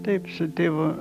taip su tėvu